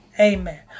Amen